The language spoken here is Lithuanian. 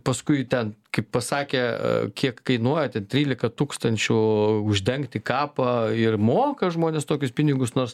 paskui ten kaip pasakė kiek kainuoja ten trylika tūkstančių uždengti kapą ir moka žmonės tokius pinigus nors